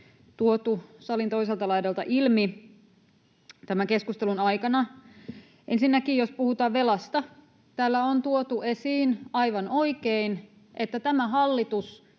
tuotu salin toiselta laidalta ilmi tämän keskustelun aikana. Ensinnäkin, jos puhutaan velasta, niin täällä on tuotu esiin aivan oikein, että tämä hallitus